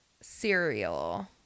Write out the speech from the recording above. cereal